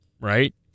right